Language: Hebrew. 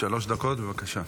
שלוש דקות, בבקשה.